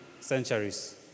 centuries